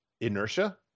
inertia